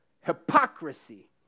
Hypocrisy